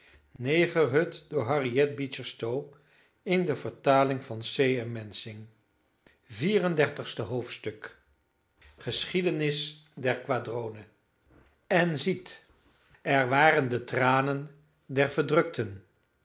geschiedenis der quadrone en ziet er waren de tranen der verdrukten